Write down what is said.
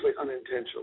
unintentional